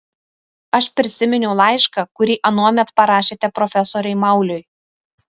aš prisiminiau laišką kurį anuomet parašėte profesoriui mauliui